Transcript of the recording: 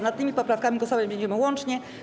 Nad tymi poprawkami głosować będziemy łącznie.